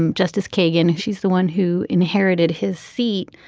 um justice kagan. she's the one who inherited his seat.